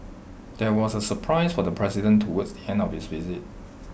there was A surprise for the president towards the end of his visit